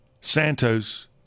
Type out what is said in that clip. Santos